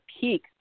peak